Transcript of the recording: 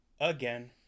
again